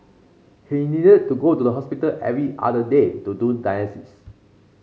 he needed to go to the hospital every other day to do dialysis